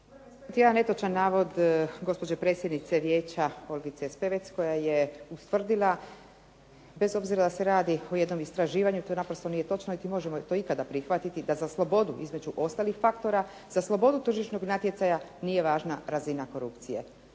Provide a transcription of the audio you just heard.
jedan netočan navod gospođe predsjednice Vijeća Olgice Spevec koja je ustvrdila bez obzira da li se radi o jednom istraživanju jer to naprosto nije točno niti možemo to ikada prihvatiti da za slobodu između ostalih faktora, za slobodu tržišnog natjecanja nije važna razina korupcije.